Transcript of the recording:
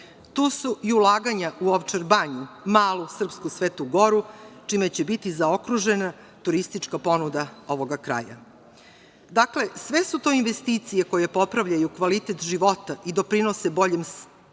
su i ulaganja u Ovčar banju, malu srpsku Svetu Goru, čime će biti zaokružena turistička ponuda ovoga kraja. Dakle, sve su to investicije koje popravljaju kvalitet života i doprinose boljem standardu,